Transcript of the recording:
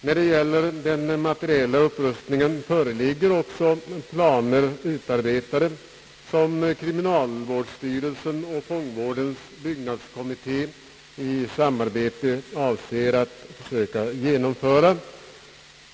När det gäller den materiella upprustningen föreligger planer utarbetade som kriminalvårdsstyrelsen och fångvårdens byggnadskommitté i samarbete avser att genomföra.